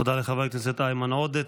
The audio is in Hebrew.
תודה לחבר הכנסת איימן עודה.